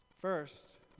First